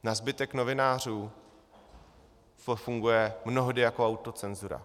Na zbytek novinářů to funguje mnohdy jako autocenzura.